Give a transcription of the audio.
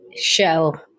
show